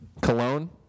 Cologne